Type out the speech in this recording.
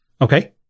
Okay